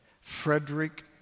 Frederick